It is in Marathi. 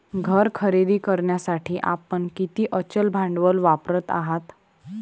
घर खरेदी करण्यासाठी आपण किती अचल भांडवल वापरत आहात?